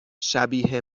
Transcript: شبیه